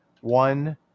one